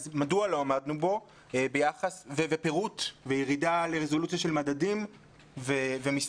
מדוע לא עמדנו בו ועם פירוט וירידה לרזולוציה של מדדים ומספרים.